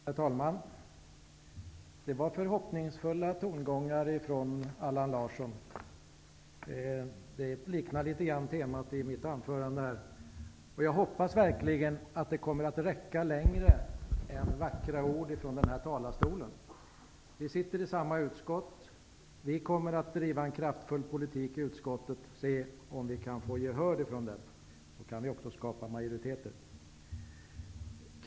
Herr talman! Det var förhoppningsfulla tongångar från Allan Larsson. De liknar temat i mitt anförande, och jag hoppas verkligen att de kommer att räcka längre än vackra ord från den här talarstolen. Vi sitter i samma utskott, och Ny demokrati kommer där att bedriva en kraftfull politik. Om vi får gehör för den politiken, kan majoriteter skapas.